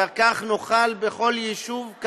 וכך נוכל בכל יישוב,